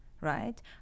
right